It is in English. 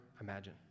imagine